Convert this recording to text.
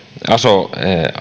aso